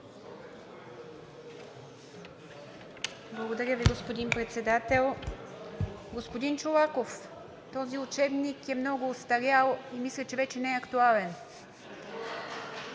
Благодаря Ви, господин Председател. Господин Чолаков, този учебник е много остарял. Мисля, че вече не е актуален.